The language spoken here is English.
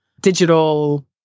digital